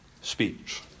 speech